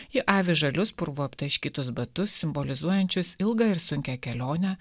ji avi žalius purvu aptaškytus batus simbolizuojančius ilgą ir sunkią kelionę